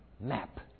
map